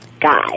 guy